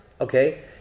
Okay